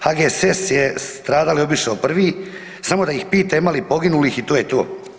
HGSS je stradale obišao prvi samo da ih pita ima li poginulih i to je to.